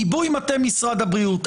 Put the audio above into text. עיבוי מטה משרד הבריאות,